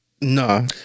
No